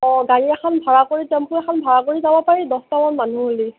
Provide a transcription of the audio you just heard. অঁ গাড়ী এখন ভাড়া কৰি টেম্পু এখন ভাড়া কৰি যাব পাৰি দহটামান মানুহ হ'লে